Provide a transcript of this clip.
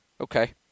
Okay